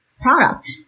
product